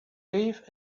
beef